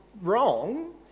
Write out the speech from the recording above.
wrong